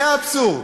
זה האבסורד,